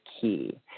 key